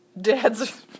Dad's